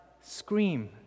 scream